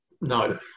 no